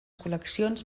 col·leccions